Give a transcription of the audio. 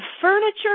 furniture